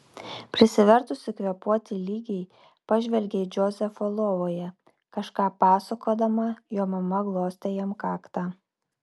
prisivertusi kvėpuoti lygiai pažvelgė į džozefą lovoje kažką pasakodama jo mama glostė jam kaktą